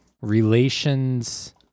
Relations